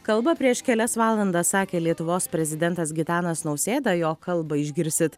kalbą prieš kelias valandas sakė lietuvos prezidentas gitanas nausėda jo kalbą išgirsit